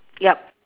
yup